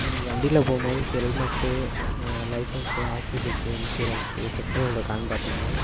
நம்ம வண்டியில் போகும் போது helmet licence RC book insurance petrol இருக்கானு பார்த்துக்கணும்